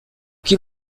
que